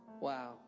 wow